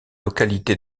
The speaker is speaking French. localité